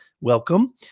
Welcome